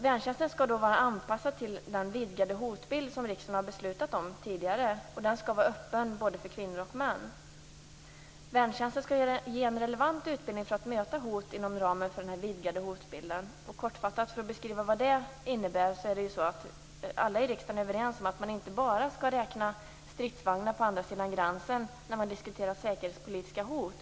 Värntjänsten skall vara anpassad till den vidgade hotbild som riksdagen tidigare har beslutat om. Värntjänsten skall vara öppen för både kvinnor och män. Den skall ge en relevant utbildning för att möta hot inom ramen för den vidgade hotbilden. Den innebär kortfattat att alla i riksdagen är överens om att man inte bara skall räkna stridsvagnar på andra sidan gränsen när man diskuterar säkerhetspolitiska hot.